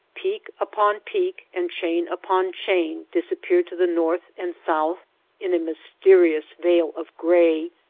peak upon peak and chain upon chain disappear to the north and south in a mysterious veil of gray,